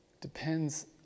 depends